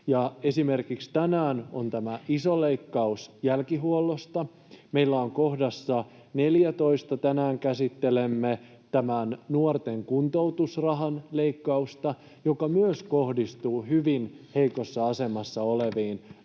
Esimerkiksi tänään on tämä iso leikkaus jälkihuollosta. Kohdassa 14 tänään käsittelemme nuorten kuntoutusrahan leikkausta, joka myös kohdistuu hyvin heikossa asemassa oleviin